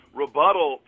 rebuttal